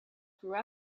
grew